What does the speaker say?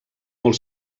molt